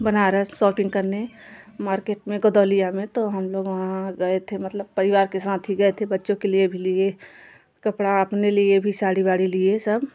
Banaras shopping करने market में गदोलिया में तो हम लोग वहाँ गए थे मतलब परिवार के साथ ही गए थे बच्चों के लिए भी लिए कपड़ा अपने लिए भी साड़ी वाड़ी लिए सब